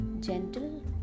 gentle